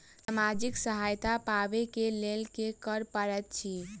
सामाजिक सहायता पाबै केँ लेल की करऽ पड़तै छी?